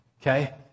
Okay